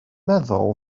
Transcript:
meddwl